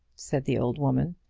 said the old woman,